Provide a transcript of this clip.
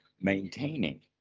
maintaining